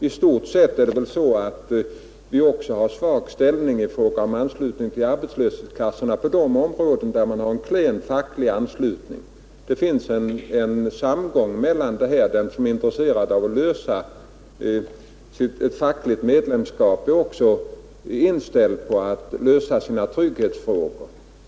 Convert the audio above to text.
I stort sett torde det vara så att de områden som har svag anslutning till arbetslöshetskassorna också har en klen facklig rekrytering. Det finns ett samband mellan dessa förhållanden. Den som är intresserad av ett fackligt medlemskap är också inställd på att lösa sina trygghetsfrågor.